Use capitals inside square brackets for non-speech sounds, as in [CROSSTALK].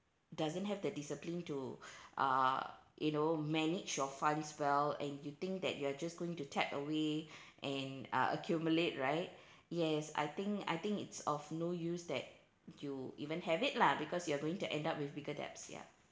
doesn't have the discipline to [BREATH] uh you know manage your funds well and you think that you are just going to tap away [BREATH] and uh accumulate right yes I think I think it's of no use that you even have it lah because you are going to end up with bigger debts ya